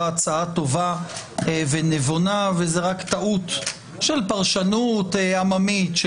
טובה ונכונה וזו רק טעות של פרשנות עממית.